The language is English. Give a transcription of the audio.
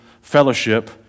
fellowship